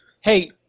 Hey